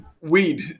weed